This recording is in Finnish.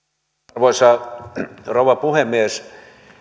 arvoisa rouva puhemies